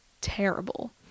terrible